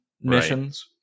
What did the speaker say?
missions